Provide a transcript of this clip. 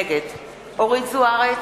נגד אורית זוארץ,